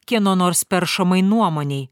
kieno nors peršamai nuomonei